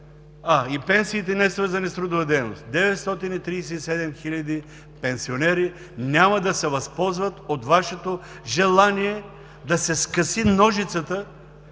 и пенсиите, несвързани с трудова дейност. 937 хиляди пенсионери няма да се възползват от Вашето желание да се скъси ножицата